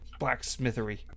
blacksmithery